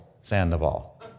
Sandoval